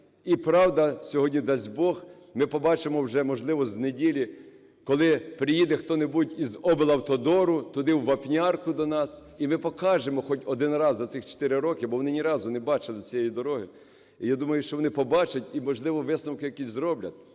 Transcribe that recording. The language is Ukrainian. І, правда, сьогодні, дасть Бог, ми побачимо вже, можливо, з неділі, коли приїде хто-небудь із облавтодору туди в Вапнярку до нас, і ми покажемо хоч один раз за ці чотири роки, бо вони ні разу не бачили цієї дороги, і я думаю, що вони побачать і, можливо, висновки якісь зроблять.